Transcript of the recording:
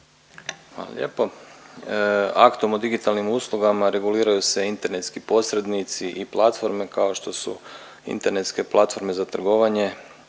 Hvala lijepo. Aktom o digitalnim uslugama reguliraju se internetski posrednici i platforme kao što su internetske platforme za trgovanje,